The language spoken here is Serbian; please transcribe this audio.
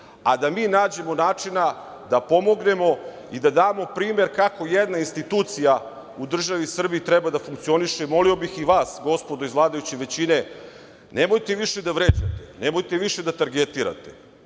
a da mi nađemo načina da pomognemo i da damo primer kako jedna institucija u državi Srbiji treba da funkcioniše. Molio bih i vas, gospodo iz vladajuće većine, nemojte više da vređate, nemojte više da targetirate.